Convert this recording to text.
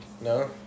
No